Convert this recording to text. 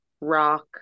rock